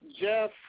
Jeff